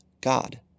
God